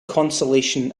consolation